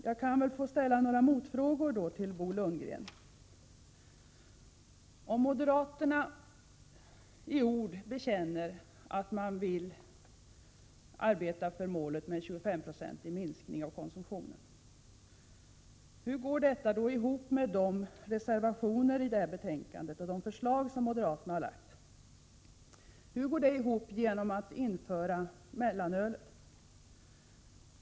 Jag kan ställa några motfrågor till Bo Lundgren. Om moderaterna i ord bekänner att de vill arbeta för målet om en 25-procentig minskning av konsumtionen, hur går detta ihop med moderaternas förslag och deras reservationer i detta betänkande? Hur går det ihop med införandet av mellanölet?